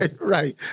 right